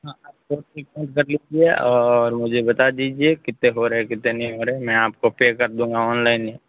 है आप टोटल कर लीजिए और मुझे बता दीजिए कितने हो रहे है कितने नहीं हो रहे मैं आपको पे कर दूँगा अनलाइन ही